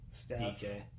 DK